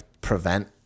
prevent